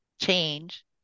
change